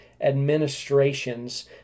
administrations